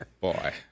Boy